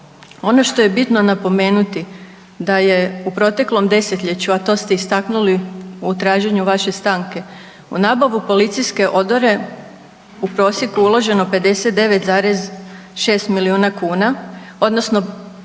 Ono što je bitno napomenuti da je u proteklom 10-ljeću, a to ste istaknuli u traženju vaše stanke, u nabavu policijske odore u prosjeku uloženo 59,6 milijuna kuna odnosno